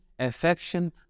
affection